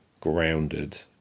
grounded